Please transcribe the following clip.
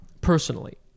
personally